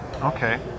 Okay